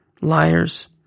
liars